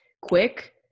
quick